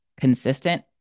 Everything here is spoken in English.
consistent